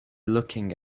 looking